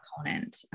opponent